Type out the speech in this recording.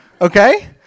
okay